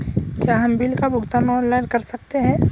क्या हम बिल का भुगतान ऑनलाइन कर सकते हैं?